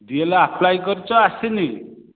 D L apply କରିଛ ଆସିନି